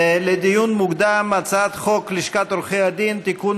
לדיון מוקדם, הצעת חוק לשכת עורכי הדין (תיקון,